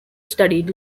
studied